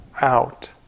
out